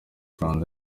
rwanda